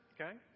Okay